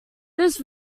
this